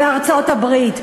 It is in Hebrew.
בארצות-הברית.